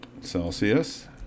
Celsius